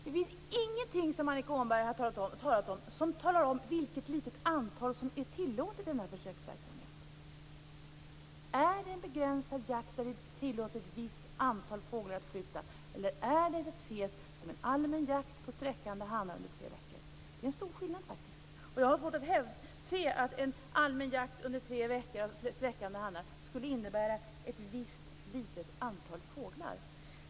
Det finns ingenting i det som Annika Åhnberg har tagit upp som talar om vilket litet antal som är tillåtet i den här försöksverksamheten. Är det en begränsad jakt där vi tillåter ett visst antal fåglar att skjutas eller är det att ses som en allmän jakt på sträckande hannar under tre veckor? Det är faktiskt en stor skillnad. Jag har svårt att se att en allmän jakt på sträckande hannar under tre veckor skulle innebära ett visst litet antal fåglar.